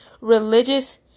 religious